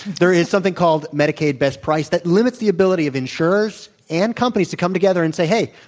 there is something called medicaid best price that limits the ability of insurers and companies to come together and say, hey,